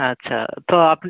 আচ্ছা তো আপি